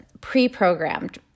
pre-programmed